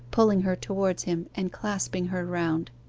pulling her towards him, and clasping her round.